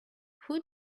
who